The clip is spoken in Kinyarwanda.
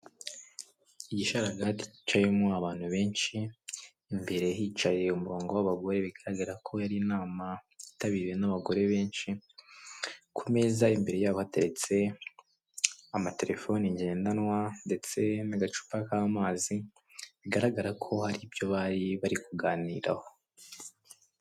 Igisharagati kicayemo abantu benshi, imbere hicaye umurongo w'abagore, bigaragara ko yari inama yitabiriwe n'abagore benshi, ku meza imbere yabo hatetse amatelefoni ngendanwa ndetse n'agacupa k'amazi, bigaragara ko hari ibyo bari bari kuganiraho.